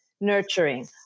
nurturing